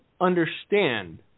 understand